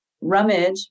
rummage